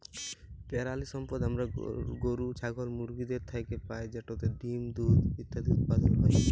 পেরালিসম্পদ আমরা গরু, ছাগল, মুরগিদের থ্যাইকে পাই যেটতে ডিম, দুহুদ ইত্যাদি উৎপাদল হ্যয়